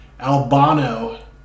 Albano